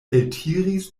eltiris